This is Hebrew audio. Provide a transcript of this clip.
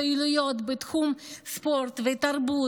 פעילויות בתחום ספורט ותרבות.